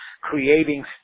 creating